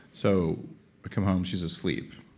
so come home. she's asleep.